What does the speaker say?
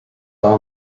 all